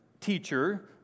teacher